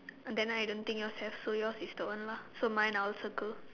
then I don't think yours have so yours is the one lah so mine I will circle